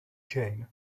jayne